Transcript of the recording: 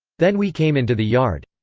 then we came into the yard.